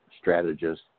strategist